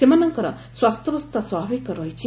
ସେମାନଙ୍କର ସ୍ୱାସ୍ଥ୍ୟାବସ୍ଥା ସ୍ୱାଭାବିକ ରହିଛି